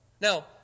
Now